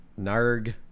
Narg